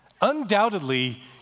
Undoubtedly